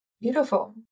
beautiful